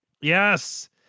yes